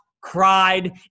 cried